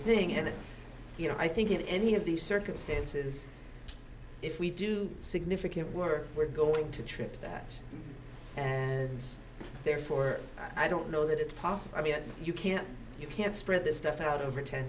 thing and you know i think if any of these circumstances if we do significant work we're going to trip that and therefore i don't know that it's possible i mean you can't you can't spread this stuff out over ten